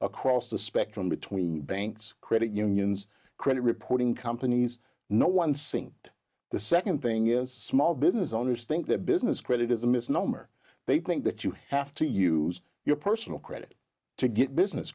across the spectrum between banks credit unions credit reporting companies no one sinked the second thing is small business owners think the business credit is a misnomer they think that you have to use your personal credit to get business